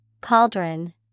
Cauldron